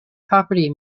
property